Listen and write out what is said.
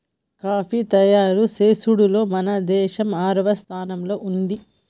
coffee తయారు చేసుడులో మన దేసం ఆరవ స్థానంలో ఉంది